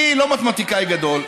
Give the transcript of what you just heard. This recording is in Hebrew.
אני לא מתמטיקאי גדול,